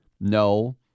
no